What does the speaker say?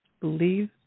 Believe